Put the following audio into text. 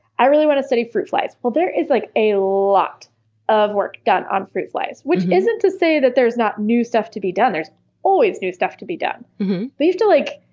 i really want to study fruit flies. well, there is like a lot of work done on fruit flies, which isn't to say that there's not new stuff to be done there's always new stuff to be done but you have to, like,